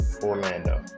Orlando